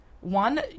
one